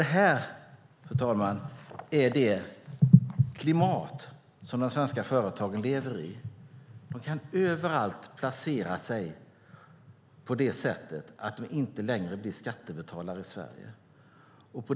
Det här är det klimat som de svenska företagen lever i. De kan placera sig överallt för att inte längre bli skattebetalare i Sverige.